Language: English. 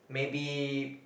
maybe